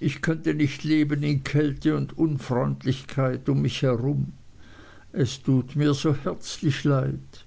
ich könnte nicht leben in kälte und unfreundlichkeit um mich herum es tut mir so herzlich leid